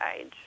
age